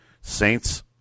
Saints